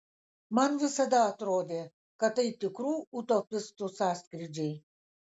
man visada atrodė kad tai tikrų utopistų sąskrydžiai